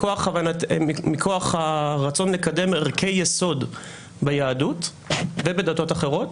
מכוח הרצון לקדם ערכי יסוד ביהדות ובדתות אחרות,